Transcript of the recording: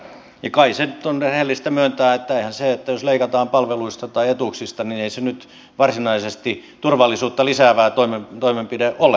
ja kai se nyt on rehellistä myöntää että eihän se jos leikataan palveluista tai etuuksista varsinaisesti turvallisuutta lisäävä toimenpide ole